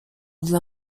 dla